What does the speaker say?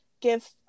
give